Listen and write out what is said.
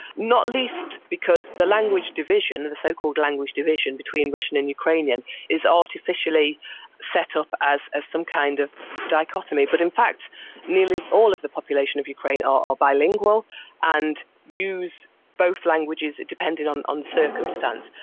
not least because the language division, the so-called language division between russian and ukrainian is artificially set up as as some kind of dichotomy, but in fact nearly all of the population of ukraine are bilingual and use both languages, depending on um the circumstance,